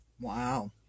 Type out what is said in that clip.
Wow